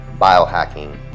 biohacking